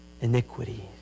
iniquity